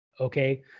Okay